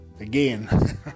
again